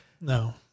No